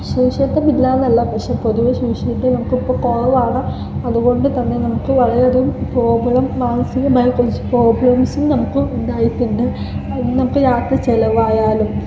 സുരക്ഷിതത്വം ഇല്ലാന്നല്ല പക്ഷേ പൊതുവേ സുരക്ഷിതത്വം നമുക്ക് ഇപ്പം കുറവാണ് അതുകൊണ്ട് തന്നെ നമുക്ക് വളരെയധികം പ്രോബ്ലം മാനസികമായി കുറച്ച് പ്രോബ്ലെംസും നമുക്ക് ഉണ്ടായിട്ടുണ്ട് നമുക്ക് യാത്ര ചിലവായാലും